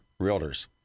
Realtors